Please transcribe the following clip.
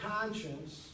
conscience